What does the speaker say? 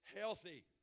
healthy